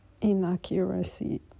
inaccuracy